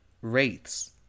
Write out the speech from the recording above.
wraiths